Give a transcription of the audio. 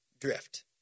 drift